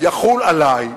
יחול עלי,